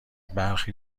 برخی